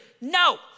No